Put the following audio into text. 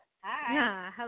Hi